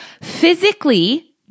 physically